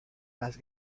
las